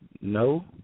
no